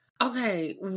Okay